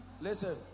Listen